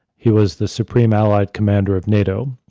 he was the supreme allied commander of nato,